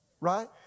Right